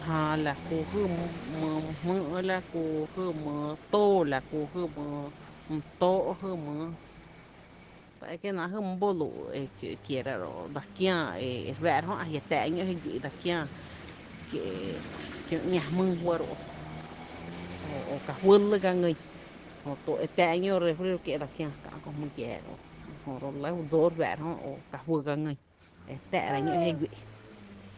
Jää la kú jy mý jmý’ la jy jý mi too, la ký jy my tó’ jy, mý ta ekie’ náá’ jy my boluu’ e kió kiera ru’ dse kiää e re fáá’ra jö e jia’ táá’ ñó’ e huí’ dsa kiää kie’ kió ‘ña jmýý fɇ’ ró’ i e táá’ ñó’ refri dse kiää ká’ kö hmý giaa ro’ jöba re lɇ ju dsóó re fáá’ ra jö e re tⱥ’ra ñó’ ji guí’.